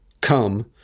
come